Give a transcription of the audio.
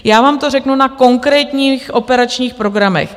Já vám to řeknu na konkrétních operačních programech.